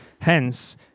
Hence